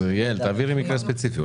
אז תעבירי מקרה ספציפי.